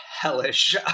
hellish